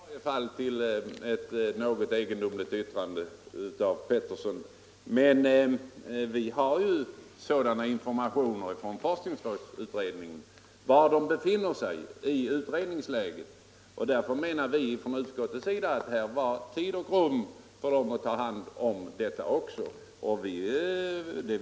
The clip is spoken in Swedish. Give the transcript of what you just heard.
Herr talman! Detta var i varje fall en förklaring till ett något egendomligt yttrande av herr Pettersson. Vi har dock fått sådana informationer från forskningsrådsutredningen om var man befinner sig i utredningsläget att utskottet menade att här fanns tid och rum att ta hand om detta också i för dem berörda delar.